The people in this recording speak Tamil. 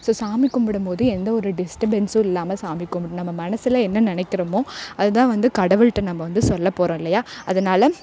ஸோ சாமி கும்பிடம்போது எந்த ஒரு டிஸ்டபென்ஸும் இல்லாமல் சாமி கும்பிட்ணும் நம்ம மனசில் என்ன நினைக்கிறமோ அதுதான் வந்து கடவுள்கிட்ட நம்ம வந்து சொல்லப்போகறோம் இல்லையா அதனால